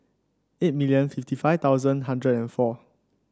eight million fifty five thousand hundred and four